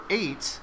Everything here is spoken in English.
eight